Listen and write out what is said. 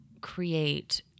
create